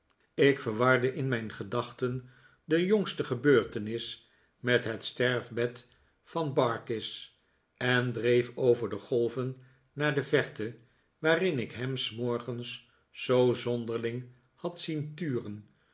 ik verwarde in mijn gedachten de jongste gebeurtenis met het sterfbed van barkis en dreef over de golven naar de verte waarin ik ham s morgens zoo zonderling had zien turen